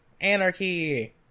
Anarchy